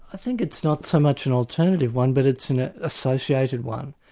i think it's not so much an alternative one, but it's an ah associated one.